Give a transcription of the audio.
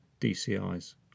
DCI's